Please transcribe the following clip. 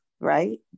right